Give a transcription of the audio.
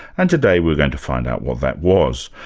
and today we're going to find out what that was.